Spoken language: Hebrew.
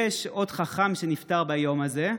יש עוד חכם שנפטר ביום הזה,